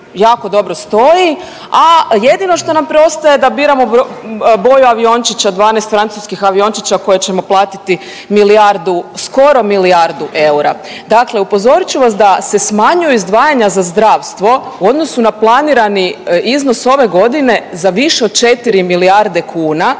a jedino što nam preostaje jedino da biramo boju aviončića 12 francuskih aviončića koje ćemo platiti milijardu, skoro milijardu eura. Dakle, upozorit ću vas da se smanjuju izdvajanja na zdravstvo u odnosu na planirani iznos ove godine za više od 4 milijarde kuna,